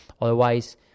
Otherwise